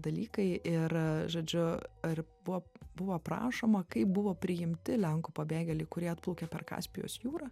dalykai ir žodžiu ar buvo buvo prašoma kaip buvo priimti lenkų pabėgėliai kurie atplaukė per kaspijos jūrą